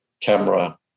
camera